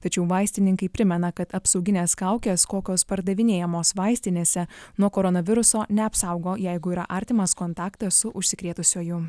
tačiau vaistininkai primena kad apsauginės kaukės kokios pardavinėjamos vaistinėse nuo koronaviruso neapsaugo jeigu yra artimas kontaktas su užsikrėtusiuoju